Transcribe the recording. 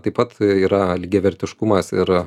taip pat yra lygiavertiškumas ir